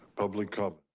public comment.